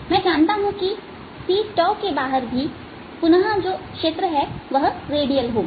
मैं निश्चित रूप से जानता हूं कि c𝜏 के बाहर भी पुनः क्षेत्र रेडियल होगा